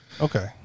Okay